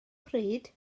pryd